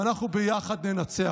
ואנחנו ביחד ננצח.